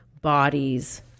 bodies